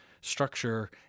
structure